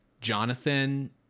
Jonathan